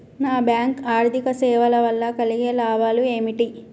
Non bank ఆర్థిక సేవల వల్ల కలిగే లాభాలు ఏమిటి?